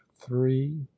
three